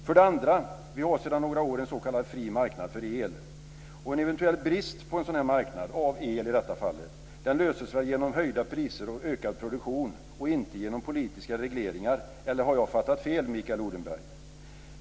För det andra har vi sedan några år en s.k. fri marknad för el, och en eventuell brist på en sådan här marknad, av el i detta fall, löses väl genom höjda priser och ökad produktion och inte genom politiska regleringar. Eller har jag fattat fel, Mikael Odenberg?